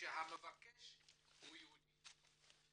שהמבקש הוא יהודי.